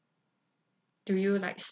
do you like